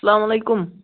سلامُ علیکُم